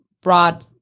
broad